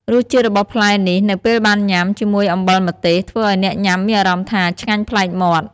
រសជាតិរបស់ផ្លែនេះនៅពេលបានញ៉ាំ ជាមួយអំបិលម្ទេស ធ្វើឲ្យអ្នកញ៉ាំមានអារម្មណ៍ថា ឆ្ងាញ់ប្លែកមាត់។